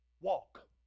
Walk